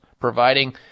providing